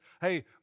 hey